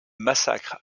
massacre